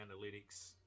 analytics